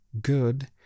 good